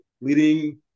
leading